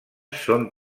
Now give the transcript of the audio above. són